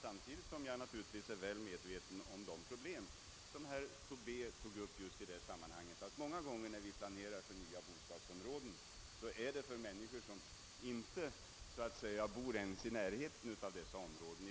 Samtidigt är jag naturligtvis väl medveten om de problem som herr Tobé berörde; när vi planerar nya bostadsområden är det många gånger för människor som i dag inte ens bor i närheten av dessa områden.